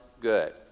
good